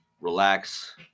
relax